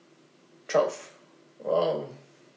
twelve !wow!